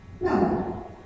No